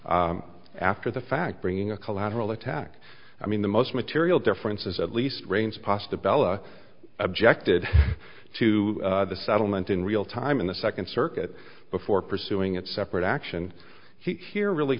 after the fact bringing a collateral attack i mean the most material difference is at least range pasta bella objected to the settlement in real time in the second circuit before pursuing it separate action here really